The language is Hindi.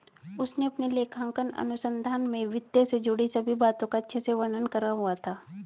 उसने अपने लेखांकन अनुसंधान में वित्त से जुड़ी सभी बातों का अच्छे से वर्णन करा हुआ था